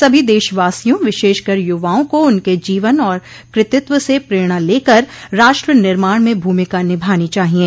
सभी देशवासियों विशेषकर युवाओं को उनके जीवन और कृतित्व से प्रेरणा लेकर राष्ट्र निर्माण में भूमिका निभानी चाहिये